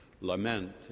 lament